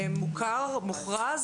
הדבר הראשון ודיברתי עם מר זהבי בעבר,